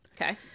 Okay